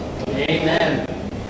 Amen